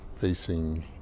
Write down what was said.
facing